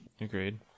agreed